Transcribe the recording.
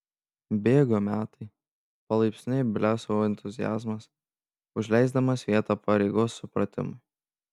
bėgo metai palaipsniui blėso entuziazmas užleisdamas vietą pareigos supratimui